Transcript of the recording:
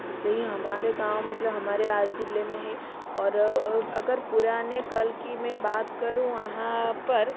इसे ही हमारे गाँव मतलब हमारे राज्य ज़िले में है और अगर पुराने काल की में बात करूँ वहाँ पर